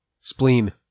Spleen